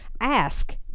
ask